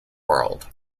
world